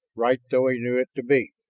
right though he knew it to be.